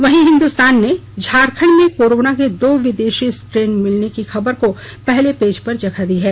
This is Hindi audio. वहीं हिंदुस्तान ने झारखंड में कोरोनो के दो विदेशी स्ट्रेन मिलने की खबर को पहले पेज पर जगह दी है